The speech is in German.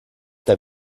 der